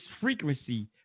frequency